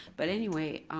but anyway,